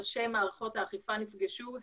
ראשי מערכות האכיפה נפגשו,